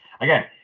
again